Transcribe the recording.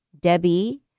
Debbie